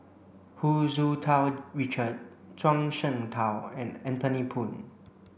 Hu Tsu Tau Richard Zhuang Shengtao and Anthony Poon